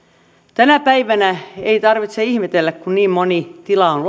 tänä päivänä ei tarvitse ihmetellä kun niin moni tila on